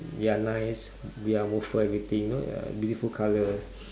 ya nice y~ ya more fur everything you know beautiful colour